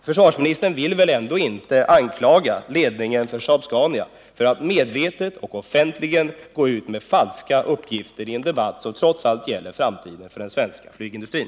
Försvarsministern vill väl ändå inte anklaga ledningen för Saab-Scania för att medvetet och offentligen gå ut med falska uppgifter i en debatt som trots allt gäller framtiden för den svenska flygindustrin.